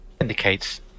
Indicates